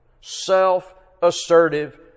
self-assertive